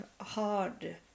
hard